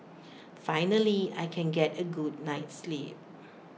finally I can get A good night's sleep